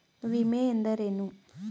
ವಿಮೆ ಎಂದರೇನು?